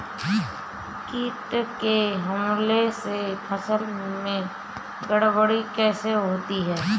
कीट के हमले से फसल में गड़बड़ी कैसे होती है?